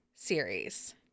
Series